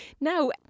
Now